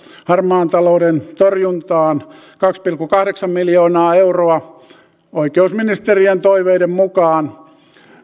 harmaan talouden torjuntaan kaksi pilkku kahdeksan miljoonaa euroa oikeusministeriön toiveiden mukaan